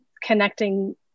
connecting